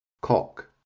Cock